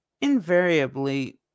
invariably